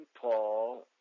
Paul